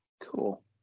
Cool